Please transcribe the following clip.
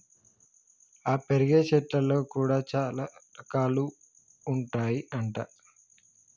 ఆ పెరిగే చెట్లల్లో కూడా చాల రకాలు ఉంటాయి అంట